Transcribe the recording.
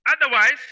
Otherwise